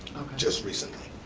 just recently.